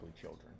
children